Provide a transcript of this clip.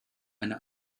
eine